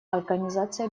организации